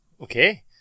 Okay